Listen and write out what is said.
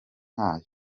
ntayo